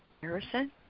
Harrison